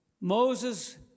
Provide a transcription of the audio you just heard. Moses